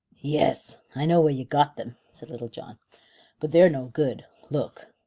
yes, i know where you got them, said little-john, but they're no good. look.